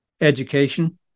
education